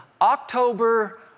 October